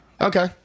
Okay